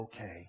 okay